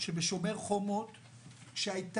בואו נעשה